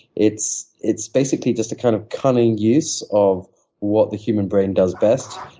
it's it's basically just a kind of cunning use of what the human brain does best,